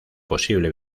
posible